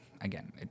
again